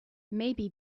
maybe